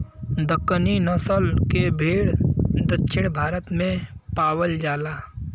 दक्कनी नसल के भेड़ दक्षिण भारत में पावल जाला